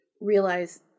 realize